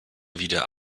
wieder